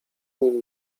nim